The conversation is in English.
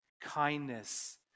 kindness